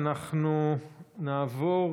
אנחנו נעבור